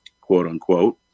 quote-unquote